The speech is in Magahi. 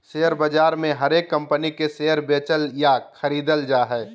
शेयर बाजार मे हरेक कम्पनी के शेयर बेचल या खरीदल जा हय